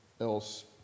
else